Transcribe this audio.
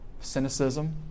cynicism